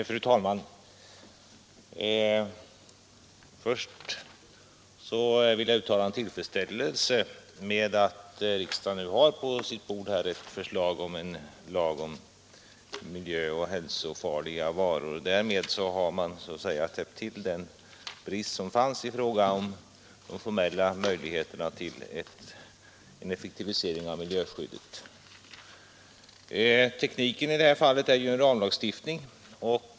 Fru talman! Först vill jag uttala min tillfredsställelse över att riksdagen nu på sitt bord har ett förslag till lag om miljöoch hälsofarliga varor. Därmed har man så att säga avhjälpt den brist som fanns i fråga om de formella möjligheterna till effektivisering av miljöskyddet. Tekniken är i detta fall en ramlagstiftning.